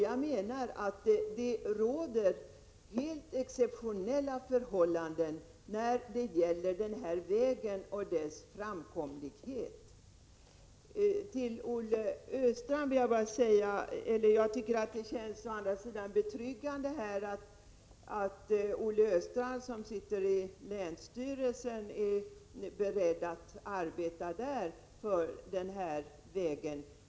Jag menar att det råder helt exceptionella förhållanden beträffande väg 83 och dess framkomlighet. Jag tycker å andra sidan det är betryggande att veta att Olle Östrand, som sitter i länsstyrelsen, är beredd att arbeta där för den här vägen.